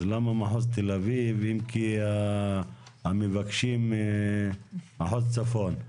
אז למה מחוז תל אביב אם כי המבקשים מחוץ צפון?